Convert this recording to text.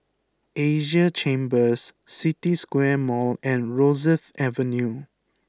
Asia Chambers City Square Mall and Rosyth Avenue